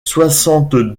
soixante